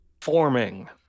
Forming